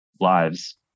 lives